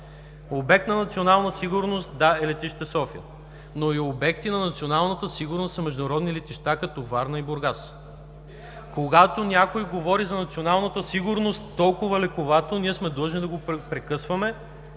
обект на национална сигурност. Но и обекти на националната сигурност са международни летища като Варна и Бургас. Когато някой говори за националната сигурност толкова лековато, ние сме длъжни да го прекъсваме,